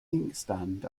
inkstand